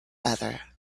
other